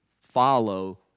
follow